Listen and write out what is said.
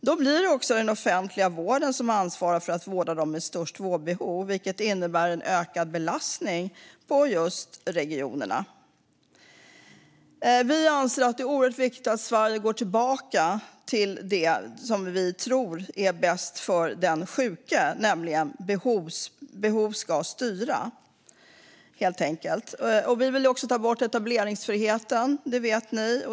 Då blir det den offentliga vården som ansvarar för att vårda dem med störst vårdbehov, vilket innebär en ökad belastning på just regionerna. Vi anser att det är oerhört viktigt att Sverige går tillbaka till det som vi tror är bäst för den sjuka, nämligen att behov ska styra. Vi vill också ta bort etableringsfriheten - det vet ni.